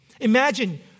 Imagine